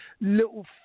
little